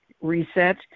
Reset